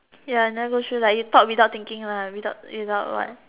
ya never go through like you talk without thinking without without what